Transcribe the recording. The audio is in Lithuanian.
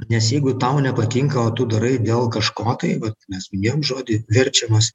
nes jeigu tau nepatinka o tu darai dėl kažko tai vat mes minėjom žodį verčiamas